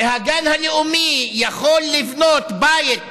הגן הלאומי, יכול לבנות בית.